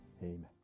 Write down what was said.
Amen